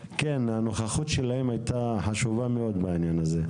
הנוכחות שלהם הייתה חשובה מאוד בעניין הזה.